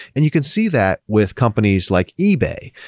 and you can see that with companies like ebay,